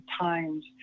times